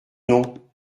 non